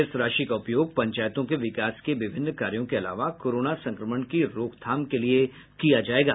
इस राशि का उपयोग पंचायतों के विकास के विभिन्न कार्यों के अलावा कोरोना संक्रमण की रोक थाम के लिए किया जायेगा